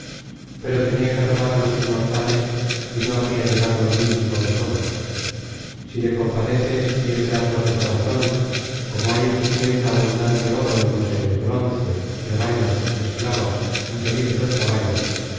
pero tenía que rogar á los inmortales y no habría llegado el último de todos si le compadeces y es grato á tu corazón como hay en tu tienda abundante oro y posees bronce rebaños esclavas y solípedos caballos